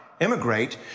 immigrate